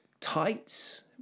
Tights